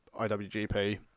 IWGP